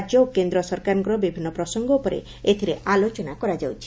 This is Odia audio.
ରାକ୍ୟ ଓ କେନ୍ଦ ସରକାରଙ୍କ ବିଭିନ୍ନ ପ୍ରସଙ୍ଙ ଉପରେ ମଧ ଏଥିରେ ଆଲୋଚନା କରାଯାଉଛି